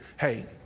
Hey